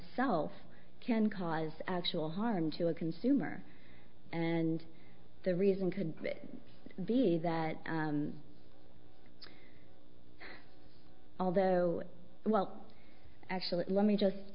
self can cause actual harm to a consumer and the reason could be that although well actually let me just